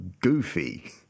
goofy